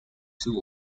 two